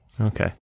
Okay